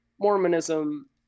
Mormonism